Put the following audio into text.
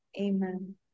Amen